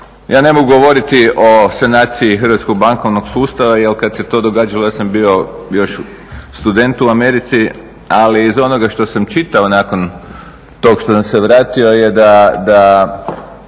Ja ne mogu govoriti o sanaciji hrvatskog bankovnog sustava, jer kad se to događalo ja sam bio još student u Americi, ali iz onoga što sam čitao nakon što sam se vratio je to